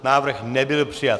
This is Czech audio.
Návrh nebyl přijat.